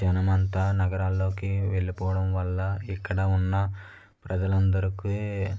జనమంతా నగరాలోకి వెళ్ళిపోవడం వల్ల ఇక్కడ ఉన్న ప్రజలందరికి